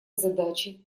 задачи